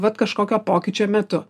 vat kažkokio pokyčio metu